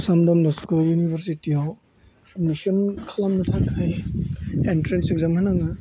Assam Don Bosco university आव admission खालामनो थाखाय एनट्रेन्स एग्जाम होनाङो